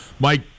Mike